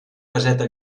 caseta